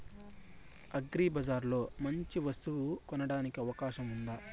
అగ్రిబజార్ లో మంచి వస్తువు కొనడానికి అవకాశం వుందా?